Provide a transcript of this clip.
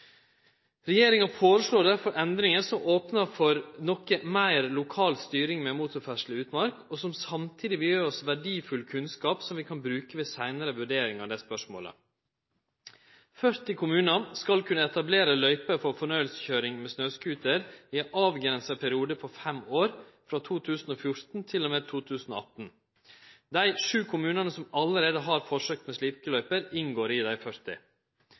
Regjeringa foreslår derfor endringar som opnar for noko meir lokalstyring med motorferdsel i utmark, og som samtidig vil gje oss verdifull kunnskap som vi kan bruke ved seinare vurdering av dei spørsmåla. 40 kommunar skal kunne etablere løype for fornøyelseskøyring med snøscooter i ei avgrensa periode på fem år – frå 2014 til og med 2018. Dei sju kommunane som allereie har forsøk med slike løyper, inngår i dei 40.